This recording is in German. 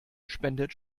spendet